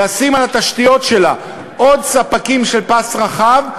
לשים על התשתיות שלה עוד ספקים של פס רחב,